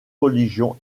religions